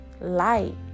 light